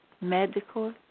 medical